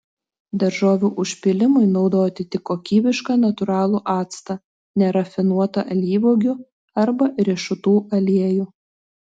daržovių užpylimui naudoti tik kokybišką natūralų actą nerafinuotą alyvuogių arba riešutų aliejų